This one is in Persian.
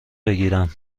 بگیرم